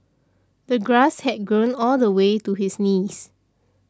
the grass had grown all the way to his knees